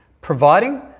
providing